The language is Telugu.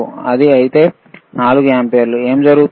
అది అయితే 4 ఆంపియర్లు ఏమి జరుగుతుంది